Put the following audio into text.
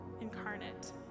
incarnate